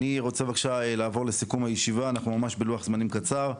אני רוצה לעבור בבקשה לסיכום הישיבה אנחנו ממש בלוח זמנים קצר.